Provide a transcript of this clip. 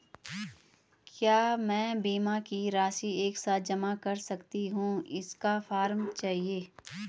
क्या मैं बीमा की राशि एक साथ जमा कर सकती हूँ इसका फॉर्म चाहिए?